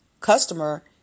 customer